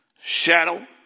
Shadow